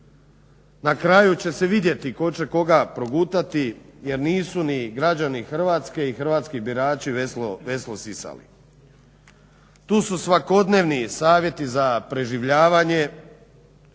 Na kraju će se vidjeti tko će koga progutati jer nisu ni građani Hrvatske ni hrvatski birači veslo sisali. Tu su svakodnevni savjeti za preživljavanje,